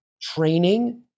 training